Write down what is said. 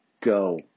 go